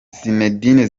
zinedine